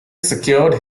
secured